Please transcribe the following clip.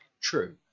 true